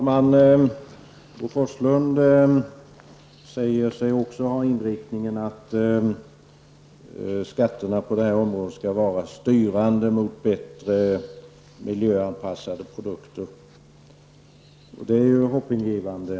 Herr talman! Bo Forslund anser också att skatterna på detta område skall styra mot användning av miljöanpassade produkter. Det är ju hoppingivande.